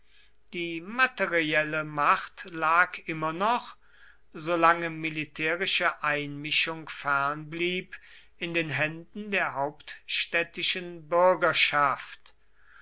die materielle macht lag immer noch solange militärische einmischung fern blieb in den händen der hauptstädtischen bürgerschaft